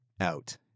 out